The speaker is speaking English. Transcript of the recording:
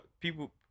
people